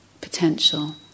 potential